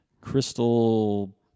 crystal